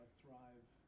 thrive